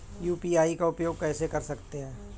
UPI का उपयोग कैसे कर सकते हैं?